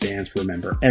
remember